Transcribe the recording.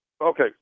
Okay